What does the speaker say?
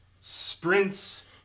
sprints